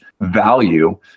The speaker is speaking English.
value